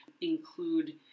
include